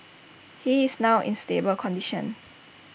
he is now in stable condition